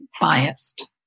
biased